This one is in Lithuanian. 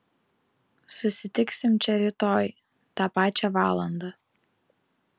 susitiksim čia rytoj tą pačią valandą